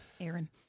Aaron